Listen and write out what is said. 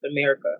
America